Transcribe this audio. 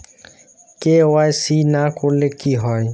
KYC না করলে কি হয়?